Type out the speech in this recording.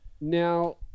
Now